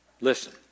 Listen